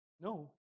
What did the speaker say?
No